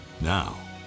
Now